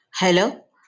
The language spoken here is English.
Hello